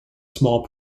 small